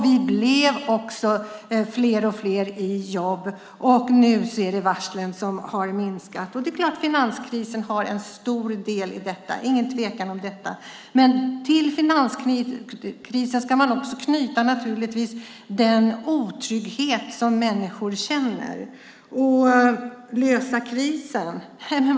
Fler och fler fick också jobb. Det är klart att finanskrisen har en stor del i det som nu sker, ingen tvekan om det, men till finanskrisen ska man naturligtvis också knyta den otrygghet som människor känner. Lösa krisen, talas det om.